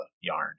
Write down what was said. yarn